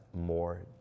more